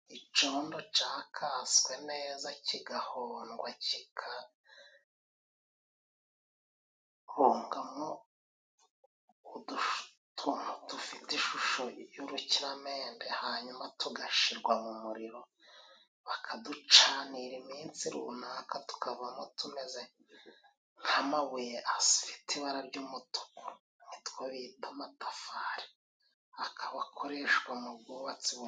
Icondo cakaswe neza kigahondwa kikahongamo udutuntu dufite ishusho y'urukiramende. Hanyuma tugashyirwa mu muriro. Bakaducanira iminsi runaka tukavamo tumeze nk'amabuye afite ibara ry'umutuku, nitwo bita amatafari akaba akoreshwa mu bwubatsi .